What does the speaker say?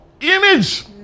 image